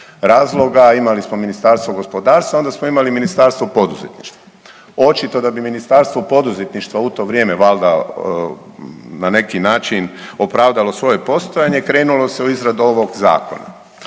imali smo ministarstvo gospodarstvo i onda smo imali ministarstvo poduzetništva. Očito da bi ministarstvo poduzetništva u to vrijeme valda na neki način opravdalo svoje postojanje, krenulo se u izradu ovog Zakona